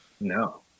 No